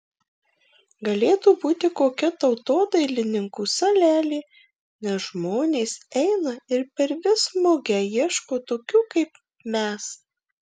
galėtų būti kokia tautodailininkų salelė nes žmonės eina ir per vis mugę ieško tokių kaip mes